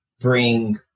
bring